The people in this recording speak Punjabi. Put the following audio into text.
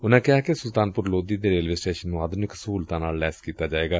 ਉਨੂਾ ਕਿਹਾ ਕਿ ਸੁਲਤਾਨਪੁਰ ਲੋਧੀ ਦੇ ਰੇਲਵੇ ਸਟੇਸ਼ਨ ਨੂੰ ਆਧੁਨਿਕ ਸਹੂਲਤਾ ਨਾਲ ਲੈਸ ਕੀਤਾ ਜਾਏਗਾ